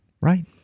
Right